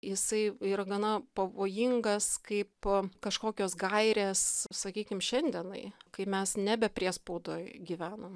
jisai yra gana pavojingas kaip kažkokios gairės sakykim šiandienai kai mes nebe priespaudoj gyvenam